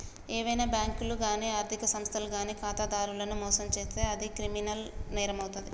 ఏవైనా బ్యేంకులు గానీ ఆర్ధిక సంస్థలు గానీ ఖాతాదారులను మోసం చేత్తే అది క్రిమినల్ నేరమవుతాది